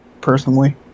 personally